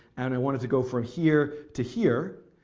and i want it to go from here to here,